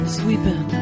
sweeping